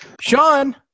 Sean